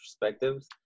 perspectives